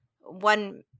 one